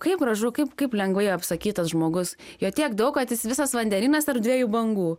kaip gražu kaip kaip lengvai apsakytas žmogus jo tiek daug kad jis visas vandenynas tarp dviejų bangų